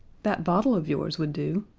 that bottle of yours would do.